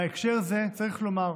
בהקשר הזה, צריך לומר,